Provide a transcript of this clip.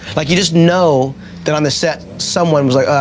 like, you just know that on the set, someone was like, oh,